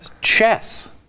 chess